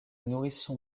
nourrissons